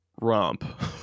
romp